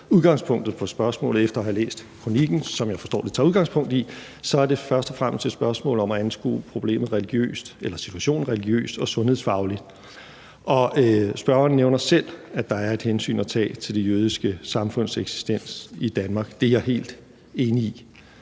jeg forstår spørgsmålet efter at have læst kronikken, som jeg forstår at det tager udgangspunkt i, så er det først og fremmest et spørgsmål om at anskue situationen religiøst og sundhedsfagligt. Og spørgeren nævner selv, at der er et hensyn at tage til det jødiske samfunds eksistens i Danmark; det er jeg helt enig i.